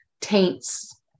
taints